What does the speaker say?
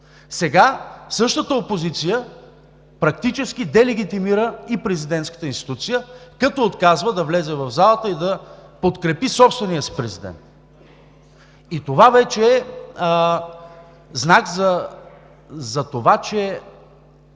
сега същата опозиция практически делегитимира и президентската институция, като отказва да влезе в залата и да подкрепи собствения си президент! И това вече е знак, че